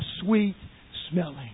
sweet-smelling